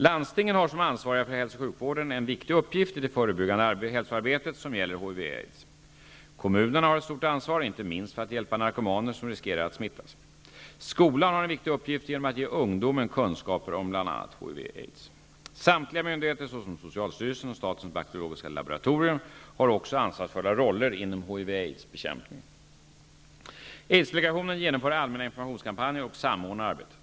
Landstingen har som ansvariga för hälso och sjukvården en viktig uppgift i det förebyggande hälsoarbetet som gäller HIV aids. Statliga myndigheter, såsom socialstyrelsen och statens bakteriologiska laboratorium, har också ansvarsfulla roller inom HIV/aids-bekämpningen. Aids-delegationen genomför allmänna informationskampanjer och samordnar arbetet.